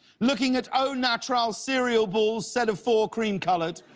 looking at au naturale cereal bowls, set of four, cream colored.